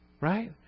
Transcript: right